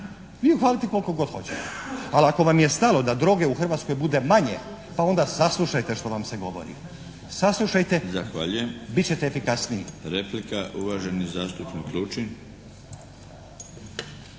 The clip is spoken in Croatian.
Vi ju hvalite koliko god hoćete. Ali ako vam je stalo da droge u Hrvatskoj bude manje, pa onda saslušajte što vam se govori. Saslušajte, bit ćete efikasniji. **Milinović, Darko